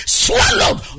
swallowed